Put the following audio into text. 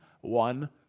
one